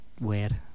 weird